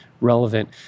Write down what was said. relevant